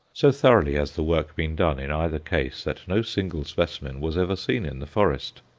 so thoroughly has the work been done in either case that no single specimen was ever seen in the forest.